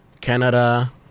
Canada